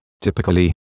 Typically